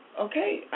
okay